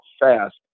FAST